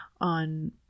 on